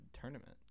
tournament